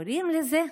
קוראים לזה: